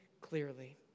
clearly